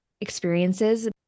experiences